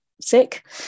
sick